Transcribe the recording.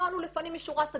הנוהל הוא לפנים משורת הדין.